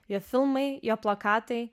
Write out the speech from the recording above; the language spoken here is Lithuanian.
jo filmai jo plakatai